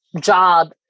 job